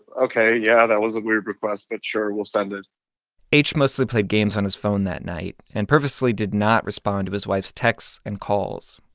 ok. yeah. that was a weird request, but sure. we'll send it h mostly played games on his phone that night and purposely did not respond to his wife's texts and calls.